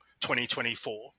2024